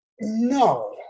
No